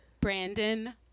brandon